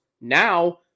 Now